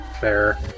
Fair